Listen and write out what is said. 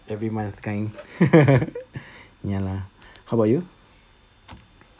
every month kind ya lah how about you